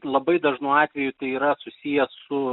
labai dažnu atveju tai yra susiję su